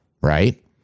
Right